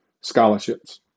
scholarships